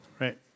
Right